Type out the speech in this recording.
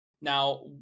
Now